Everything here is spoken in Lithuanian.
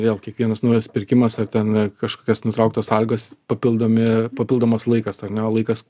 vėl kiekvienas naujas pirkimas ar ten kažkokios nutrauktos algos papildomi papildomas laikas ar ne laikas